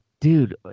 dude